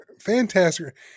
fantastic